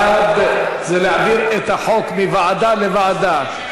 בעד זה להעביר את החוק מוועדה לוועדה.